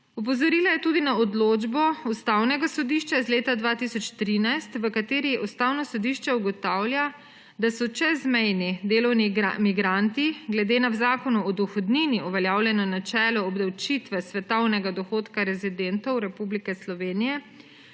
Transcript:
Opozorila je tudi na odločbo Ustavnega sodišča iz leta 2013, v kateri Ustavno sodišče ugotavlja, da so čezmejni delovni migranti glede na v Zakonu o dohodnini uveljavljeno načelo obdavčitve svetovnega dohodka rezidentov Republike Slovenije